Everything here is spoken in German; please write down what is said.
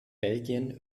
belgien